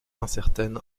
incertaine